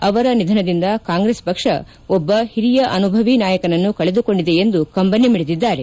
ಅವರ ನಿಧನದಿಂದ ಕಾಂಗ್ರೆಸ್ ಪಕ್ ಒಬ್ಬ ಹಿರಿಯ ಅನುಭವೀ ನಾಯಕನನ್ನು ಕಳೆದು ಕೊಂಡಿದೆ ಎಂದು ಶೋಕಿಸಿದ್ದಾರೆ